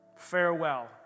Farewell